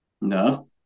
No